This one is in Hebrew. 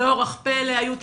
באורח פלא היו תקציבים,